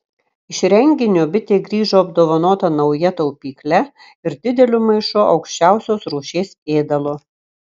iš renginio bitė grįžo apdovanota nauja taupykle ir dideliu maišu aukščiausios rūšies ėdalo